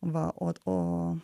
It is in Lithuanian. va o o